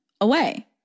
away